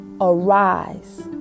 arise